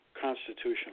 constitutional